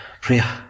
Priya